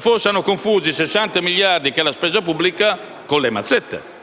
forse hanno confuso i 60 miliardi della spesa pubblica con le mazzette.